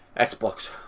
Xbox